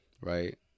right